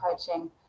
coaching